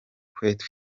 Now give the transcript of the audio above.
kwetu